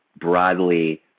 broadly